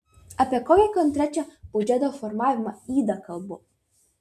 apie kokią konkrečią biudžeto formavimo ydą kalbu